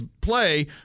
play